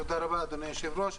תודה רבה, אדוני היושב-ראש.